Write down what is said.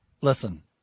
Listen